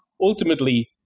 Ultimately